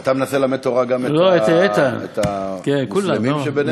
אתה מנסה ללמד תורה גם את המוסלמים שבינינו?